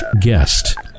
guest